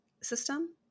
system